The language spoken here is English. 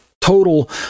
total